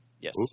yes